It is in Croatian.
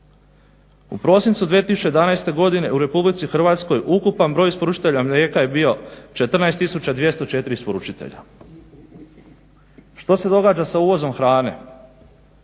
U prosincu 2011. godine u RH ukupan broj isporučitelja mlijeka je bio 14 204 isporučitelja. Što se događa sa uvozom hrane?